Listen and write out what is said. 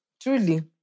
Truly